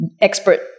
expert